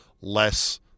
less